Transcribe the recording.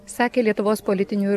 sakė lietuvos politinių